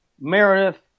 Meredith